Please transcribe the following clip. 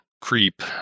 creep